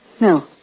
No